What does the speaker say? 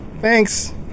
Thanks